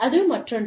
அது மற்றொன்று